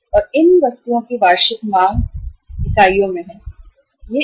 और इन वस्तुओं की वार्षिक मांग के संदर्भ में हैइकाइयों यह इकाइयों में है